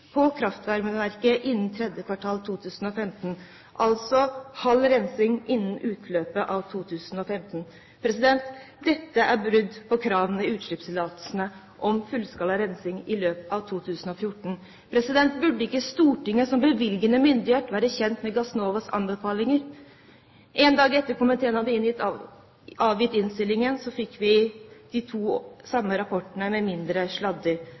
på kraftvarmeverket innen tredje kvartal 2015, altså halv rensing innen utløpet av 2015. Dette er brudd på kravene i utslippstillatelsen om fullskala rensing i løpet av 2014. Burde ikke Stortinget som bevilgende myndighet være kjent med Gassnovas anbefalinger? En dag etter at komiteen hadde avgitt innstillingen, fikk vi de to samme rapportene med mindre